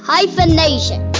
Hyphenation